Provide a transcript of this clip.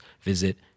visit